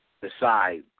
decide